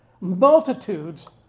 Multitudes